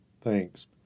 Thanks